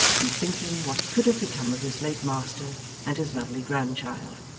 in thinking what could have become of his late master and his lovely grandchild,